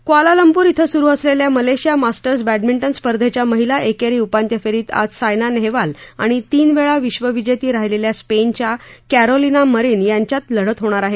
Kuala Lumpur क्वा सुरू असलेल्या मलेशिया मास्टर्स बॅडमिंटन स्पर्धेच्या महिला एकेरी उपांत्यफेरीत आज सायना नेहवाल आणि तीनवेळा विश्वविजेती राहीलेल्या स्पेनच्या कॅरोलिना मारिन यांच्यात लढत होणार आहे